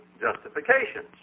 justifications